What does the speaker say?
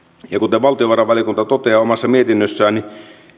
ja kuten valtiovarainvaliokunta toteaa omassa mietinnössään